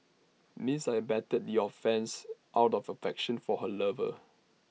Miss I abetted your offences out of affection for her lover